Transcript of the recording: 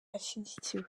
ashyigikiwe